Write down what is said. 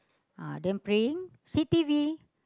uh then praying see t_v